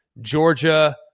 Georgia